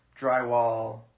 drywall